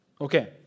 Okay